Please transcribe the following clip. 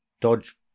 dodge